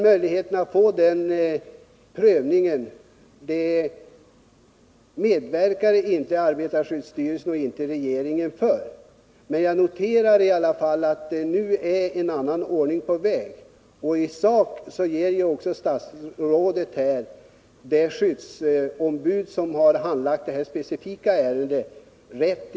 Möjligheten att få sådan prövning medverkar inte arbetarskyddsstyrelsen och regeringen till, men jag noterar att en annan ordning i alla fall nu är på väg. I sak ger ju också statsrådet det skyddsombud som handlagt detta specifika ärende rätt.